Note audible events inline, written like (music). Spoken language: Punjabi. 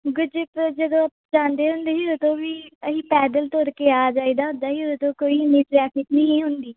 (unintelligible) ਜਦੋਂ ਜਾਂਦੇ ਹੁੰਦੇ ਸੀ ਉਦੋਂ ਵੀ ਅਸੀਂ ਪੈਦਲ ਤੁਰ ਕੇ ਆ ਜਾਈਦਾ ਹੁੰਦਾ ਸੀ ਉਦੋਂ ਕੋਈ ਇੰਨੀ ਟ੍ਰੈਫਿਕ ਨਹੀਂ ਸੀ ਹੁੰਦੀ